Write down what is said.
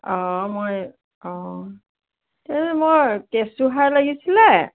অঁ মই অঁ এই মই কেঁচুসাৰ লাগিছিলে